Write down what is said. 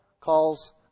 calls